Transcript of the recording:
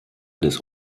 des